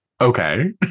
Okay